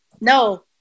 No